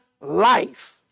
life